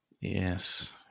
yes